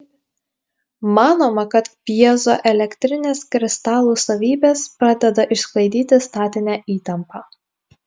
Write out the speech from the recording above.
manoma kad pjezoelektrinės kristalų savybės padeda išsklaidyti statinę įtampą